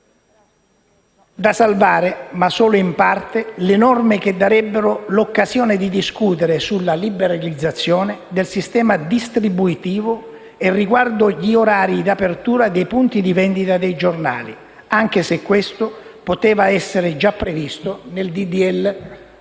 Da salvare, ma solo in parte, sono le norme che darebbero l'occasione di discutere sulla liberalizzazione del sistema distributivo e riguardo gli orari d'apertura dei punti vendita dei giornali, anche se questo poteva essere già previsto nel